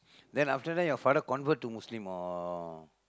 then after that your father convert to Muslim orh